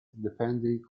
depending